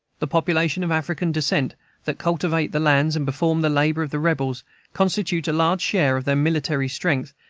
the population of african descent that cultivate the lands and perform the labor of the rebels constitute a large share of their military strength,